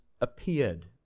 appeared